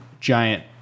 giant